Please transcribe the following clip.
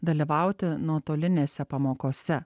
dalyvauti nuotolinėse pamokose